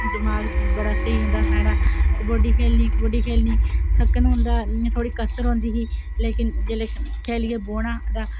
दमाक बड़ा स्हेई होंदा हा साढ़ा कबड्डी खेल्लनी कबड्डी खेल्लनी थक्कन होंदा हा इंया थोह्ड़ी कसर रौहंदी ही लेकिन जेल्लै खेल्लियै बौह्ना